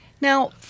Now